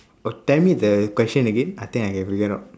oh tell me the question again I think I can figure out